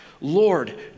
Lord